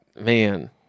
man